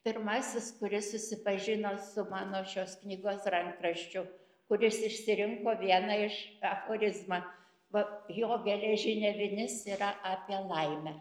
pirmasis kuris susipažino su mano šios knygos rankraščiu kuris išsirinko vieną iš aforizmą va jo geležinė vinis yra apie laimę